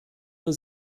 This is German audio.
für